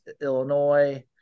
Illinois